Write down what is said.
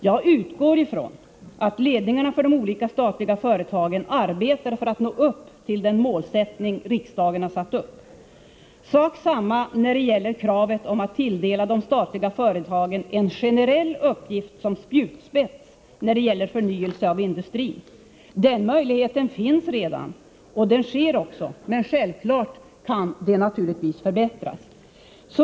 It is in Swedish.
Jag utgår från att ledningarna för de olika statliga företagen arbetar för att nå upp till den målsättning som riksdagen har fastlagt. Detsamma gäller kravet på att tilldela de statliga företagen en generell uppgift som spjutspets när det gäller förnyelse av industrin. Den möjligheten finns redan, och den utnyttjas också, men självfallet kan detta förbättras.